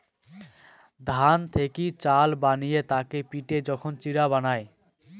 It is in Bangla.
ধান থেকি চাল বানিয়ে তাকে পিটে যখন চিড়া বানায়